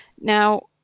Now